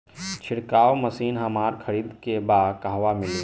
छिरकाव मशिन हमरा खरीदे के बा कहवा मिली?